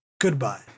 goodbye